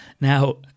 Now